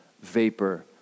vapor